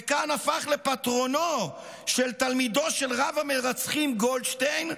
וכאן הפך לפטרונו של תלמידו של רב-המרצחים גולדשטיין,